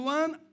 one